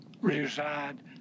reside